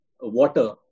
water